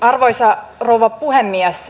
arvoisa rouva puhemies